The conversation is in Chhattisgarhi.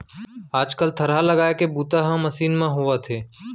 आज कल थरहा लगाए के बूता ह मसीन म होवथे